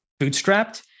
bootstrapped